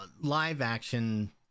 live-action